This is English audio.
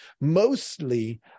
Mostly